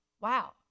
Wow